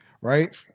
right